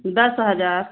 दस हज़ार